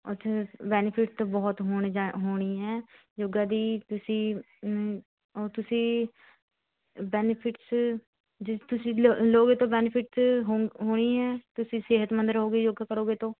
ਉਹ 'ਚ ਬੈਨੀਫਿੱਟ ਬਹੁਤ ਹੋਣ ਹੋਣੀ ਹੈ ਯੋਗਾ ਦੀ ਤੁਸੀਂ ਏ ਤੁਸੀਂ ਬੈਨੀਫਿੱਟਸ ਜਿਸ ਤੁਸੀਂ ਲਓਗੇ ਤੋ ਬੈਨੀਫਿੱਟ ਹੋਣੇ ਹੈ ਐ ਤੁਸੀਂ ਸਿਹਤਮੰਦ ਰਹੋਗੇ ਯੋਗਾ ਕਰੋਗੇ ਤੋ